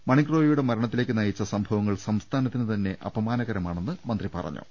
മണിക് റോയിയുടെ മരണത്തിലേക്ക് നയിച്ച സംഭവങ്ങൾ സംസ്ഥാനത്തിന് തന്നെ അപമാനകരമാണെന്ന് മന്ത്രി പറഞ്ഞു